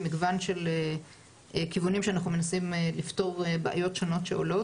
עם מגוון של כיוונים שאנחנו מנסים לפתור בעיות שונות שעולות.